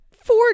four